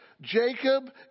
Jacob